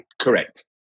Correct